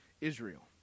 Israel